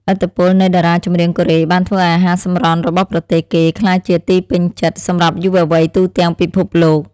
ឥទ្ធិពលនៃតារាចម្រៀងកូរ៉េបានធ្វើឱ្យអាហារសម្រន់របស់ប្រទេសគេក្លាយជាទីពេញចិត្តសម្រាប់យុវវ័យទូទាំងពិភពលោក។